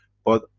but,